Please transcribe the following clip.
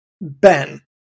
Ben